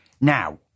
Now